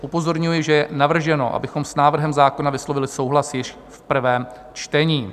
Upozorňuji, že je navrženo, abychom s návrhem zákona vyslovili souhlas již v prvém čtení.